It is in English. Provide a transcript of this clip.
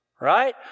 right